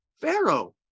Pharaoh